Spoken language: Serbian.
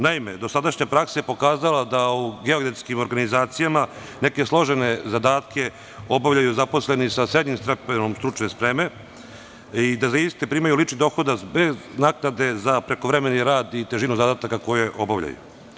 Naime, dosadašnja praksa je pokazala da u geodetskim organizacijama neke složene zadatke obavljaju zaposleni sa srednjim stepenom stručne spreme i da za isti primaju lični dohodak bez naknade za prekovremeni rad i težinu zadataka koje obavljaju.